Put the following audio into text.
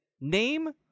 Name